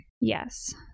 yes